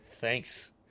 thanks